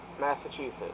Massachusetts